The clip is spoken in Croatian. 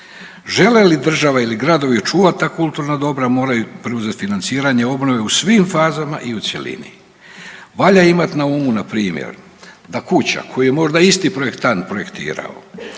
Žele li država ili gradovi očuvati ta kulturna dobra, moraju preuzeti financiranje obnove u svim fazama i u cjelini. Valja imati na umu, npr. da kuća koju je možda isti projektant projektirao,